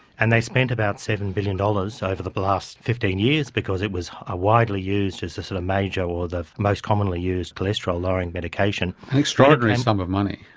and they spent about seven billion dollars so over the last fifteen years because it was ah widely used as a sort of major or the most commonly used cholesterol lowering medication. an extraordinary sum of money.